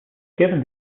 given